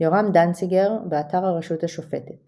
יורם דנציגר, באתר הרשות השופטת